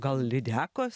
gal lydekos